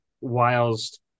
whilst